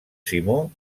simó